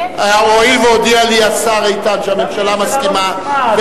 הואיל והודיע לי השר איתן שהממשלה מסכימה,